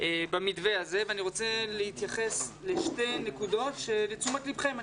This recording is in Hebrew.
במתווה הזה ואני רוצה להתייחס לשתי נקודות לתשומת לבכם.